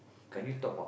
correct